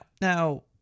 now